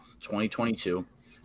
2022